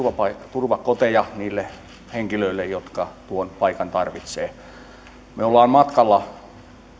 turvakoteja niille henkilöille jotka tuon paikan tarvitsevat me olemme matkalla